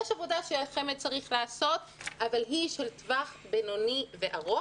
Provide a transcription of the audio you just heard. יש עבודה שחמ"ד צריך לעשות אבל היא של טווח בינוני וארוך